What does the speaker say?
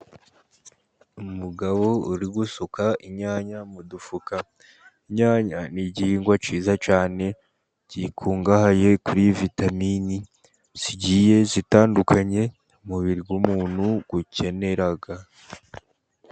Umugabo uri gusuka inyanya mu dufuka, inyanya ni igihingwa cyiza cyane gikungahaye kuri vitamini zigiye zitandukanye umubiri w'umuntu ukenera.